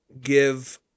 give